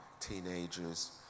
teenagers